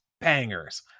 bangers